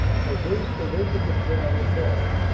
traversed the length of the canal involved,